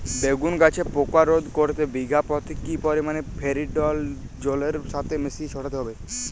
বেগুন গাছে পোকা রোধ করতে বিঘা পতি কি পরিমাণে ফেরিডোল জলের সাথে মিশিয়ে ছড়াতে হবে?